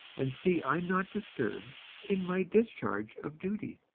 and see i'm not disturbed in my discharge of duty.